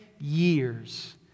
years